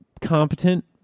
competent